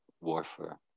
warfare